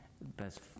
best